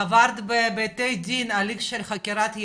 עברת בבתי דין הליך של חקירת יהדות?